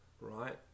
right